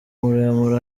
muremure